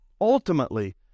ultimately